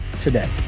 today